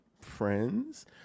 friends